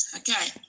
okay